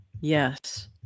Yes